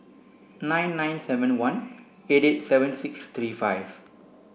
nine nine seven one eight eight seven six three five